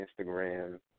Instagram